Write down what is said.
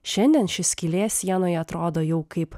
šiandien ši skylė sienoje atrodo jau kaip